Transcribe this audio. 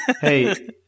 hey